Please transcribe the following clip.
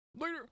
Later